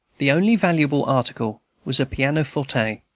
the only valuable article was a pianoforte,